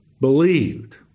believed